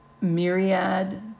myriad